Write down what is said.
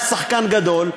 היה שחקן גדול,